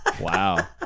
Wow